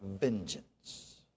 vengeance